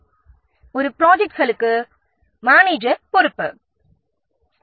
எனவே ஒரு மேனேஜர் ப்ரொஜெக்ட்களுக்கு மிகவும் பொறுப்பானவர்